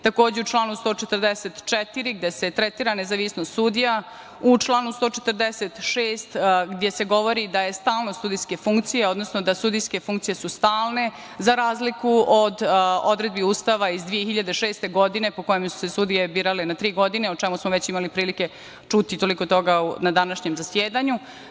Takođe u članovima 144. gde se tretiran nezavisnost sudija, u članu 145. gde se govori da je stalnost sudijske funkcije, odnosno da sudijske funkcije su stalne za razliku od odredbi Ustava iz 2006. godine po kojem su se sudije birale na tri godine, o čemu smo već imali prilike čuti toliko toga na današnjem zasedanju.